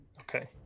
Okay